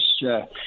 yes